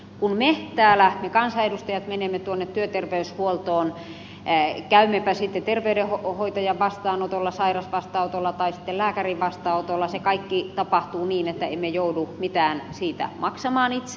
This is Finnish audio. kun me täällä me kansanedustajat menemme tuonne työterveyshuoltoon käymmepä sitten terveydenhoitajan vastaanotolla sairasvastaanotolla tai lääkärin vastaanotolla se kaikki tapahtuu niin että emme joudu mitään siitä maksamaan itse